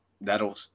that'll